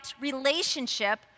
relationship